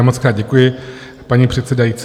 Mockrát děkuji, paní předsedající.